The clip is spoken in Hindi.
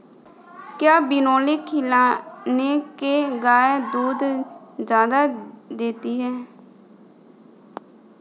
क्या बिनोले खिलाने से गाय दूध ज्यादा देती है?